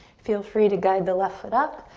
feel free to guide the left foot up.